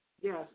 Yes